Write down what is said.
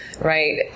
Right